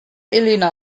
elena